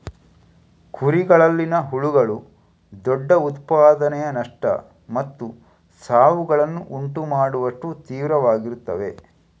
ಕುರಿಗಳಲ್ಲಿನ ಹುಳುಗಳು ದೊಡ್ಡ ಉತ್ಪಾದನೆಯ ನಷ್ಟ ಮತ್ತು ಸಾವುಗಳನ್ನು ಉಂಟು ಮಾಡುವಷ್ಟು ತೀವ್ರವಾಗಿರುತ್ತವೆ